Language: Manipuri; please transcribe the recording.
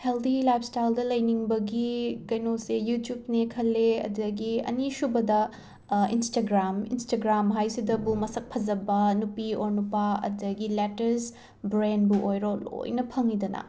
ꯍꯦꯜꯗꯤ ꯂꯥꯏꯞꯁ꯭ꯇꯥꯏꯜꯗ ꯂꯩꯅꯤꯡꯕꯒꯤ ꯀꯩꯅꯣꯁꯦ ꯌꯨꯇ꯭ꯌꯨꯞꯅꯦ ꯈꯜꯂꯦ ꯑꯗꯒꯤ ꯑꯅꯤꯁꯨꯕꯗ ꯏꯟꯁꯇꯒ꯭ꯔꯥꯝ ꯏꯟꯁꯇꯒ꯭ꯔꯥꯝ ꯍꯥꯏꯁꯤꯗꯕꯨ ꯃꯁꯛ ꯐꯖꯕ ꯅꯨꯄꯤ ꯑꯣꯔ ꯅꯨꯄꯥ ꯑꯗꯒꯤ ꯂꯦꯇꯦꯁ ꯕ꯭ꯔꯦꯟꯕꯨ ꯑꯣꯏꯔꯣ ꯂꯣꯏꯅ ꯐꯪꯏꯗꯅ